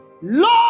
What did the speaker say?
Lord